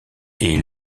est